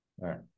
right